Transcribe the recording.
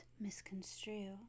misconstrue